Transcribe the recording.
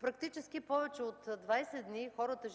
Практически повече от 20 дни хората,